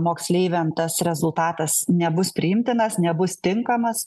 moksleiviam tas rezultatas nebus priimtinas nebus tinkamas